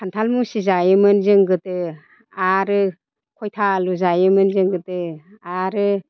खान्थाल मुसि जायोमोन जों गोदो आरो खयथा आलु जायोमोन जों गोदो आरो